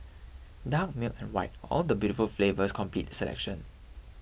dark milk and white all the beautiful flavours complete the selection